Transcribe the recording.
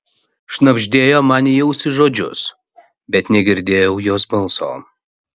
šnabždėjo man į ausį žodžius bet negirdėjau jos balso